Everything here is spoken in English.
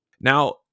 Now